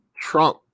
Trump